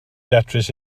datrys